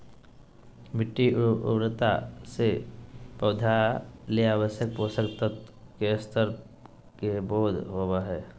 मिटटी उर्वरता से पौधा ले आवश्यक पोषक तत्व के स्तर के बोध होबो हइ